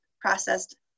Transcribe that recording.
processed